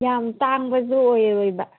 ꯌꯥꯝ ꯇꯥꯡꯕꯁꯨ ꯑꯣꯏꯔꯣꯏꯕ